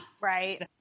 Right